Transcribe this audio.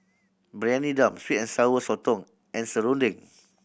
Briyani Dum sweet and Sour Sotong and serunding